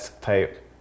type